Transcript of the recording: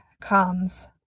comes